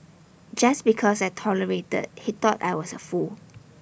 just because I tolerated he thought I was A fool